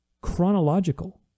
chronological